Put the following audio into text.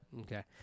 Okay